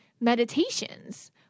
meditations